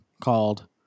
called